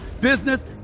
business